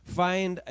find